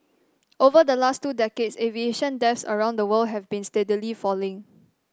over the last two decades aviation deaths around the world have been steadily falling